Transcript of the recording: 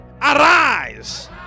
arise